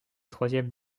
troisième